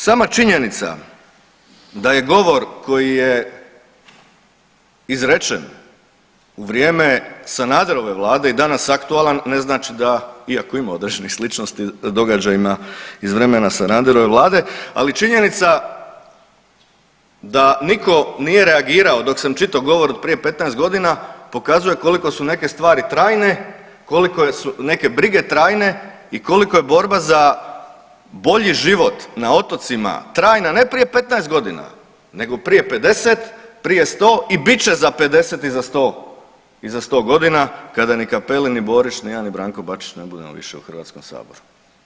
Prema tome, sama činjenica da je govor koji je izrečen u vrijeme Sanaderove Vlade i danas aktualan ne znači da, iako ima određenih sličnosti sa događajima iz vremena Sanaderove Vlade ali činjenica da nitko nije reagirao dok sam čitao govor od prije 15 godina pokazuje koliko su neke stvari trajne, koliko su neke brige trajne i koliko je borba za bolji život na otocima trajna ne prije 15 godina, nego prije 50, prije 100 i bit će za 50 i za 100 godina kada ni Cappelli ni Borić ni ja ni Branko Bačić ne budemo više u Hrvatskom saboru.